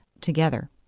together